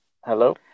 hello